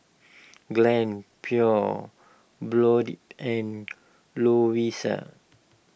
Glad Pure Blonde and Lovisa